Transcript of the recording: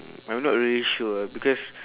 mm I'm not really sure ah because